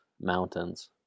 mountains